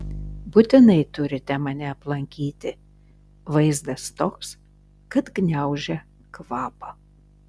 būtinai turite mane aplankyti vaizdas toks kad gniaužia kvapą